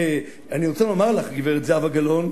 אני רוצה לומר לך, גברת זהבה גלאון,